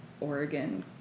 Oregon